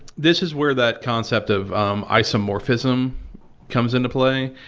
this is where that concept of um isomorphism comes into play,